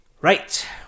Right